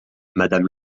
madame